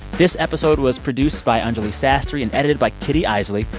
this episode was produced by anjuli sastry and edited by kitty eisele.